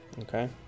Okay